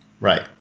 Right